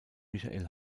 michael